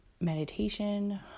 meditation